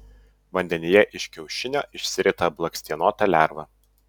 vandenyje iš kiaušinio išsirita blakstienota lerva